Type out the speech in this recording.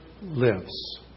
lives